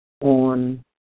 On